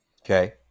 Okay